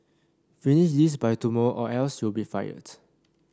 finish this by tomorrow or else you'll be fired